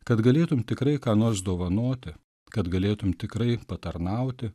kad galėtum tikrai ką nors dovanoti kad galėtum tikrai patarnauti